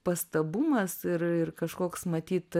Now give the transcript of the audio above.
pastabumas ir ir kažkoks matyt